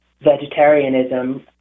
vegetarianism